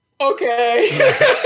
okay